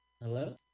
Hello